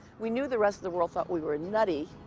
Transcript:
we knew the rest of the world thought we were nutty.